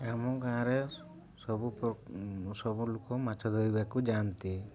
ଆମ ଗାଁ'ରେ ସବୁ ସବୁ ଲୋକ ମାଛ ଧରିବାକୁ ଯାଆନ୍ତି